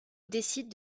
décide